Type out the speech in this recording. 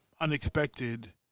unexpected